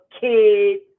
kid